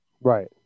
Right